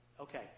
okay